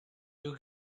you